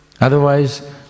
Otherwise